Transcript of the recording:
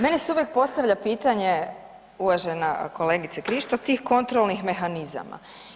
Meni se uvijek postavlja pitanje uvažena kolegice Krišto, tih kontrolnih mehanizama.